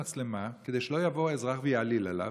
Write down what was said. מצלמה כדי שלא יבוא אזרח ויעליל עליו,